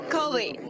Colby